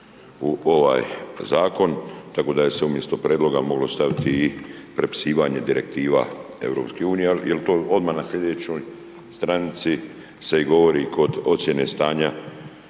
u ovaj zakon, tako da se je umjesto prijedloga moglo staviti i prepisivanje direktive EU, jer to odmah na sljedećoj stranici se i govori kod ocjene stanja